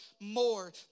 more